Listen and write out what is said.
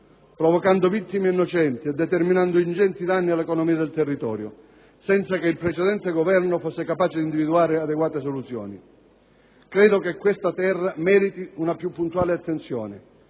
provocando vittime innocenti e determinando ingenti danni all'economia del territorio, senza che il precedente Governo fosse capace di individuare adeguate soluzioni? Credo che questa terra meriti una più puntuale attenzione.